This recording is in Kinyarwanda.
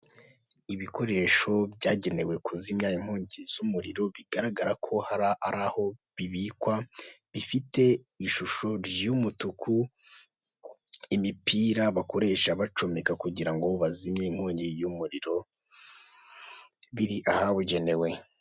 Ibikoresho byagenewe kuzimya inkongi z'umuriro bigaragara ko hari aho bibikwa bifite ishusho y'umutuku imipira bakoresha bacomeka kugira ngo bazimye inkongi y'umuriro biri ahabugenewe.